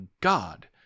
God